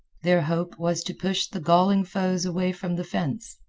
their hope was to push the galling foes away from the fence.